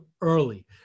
early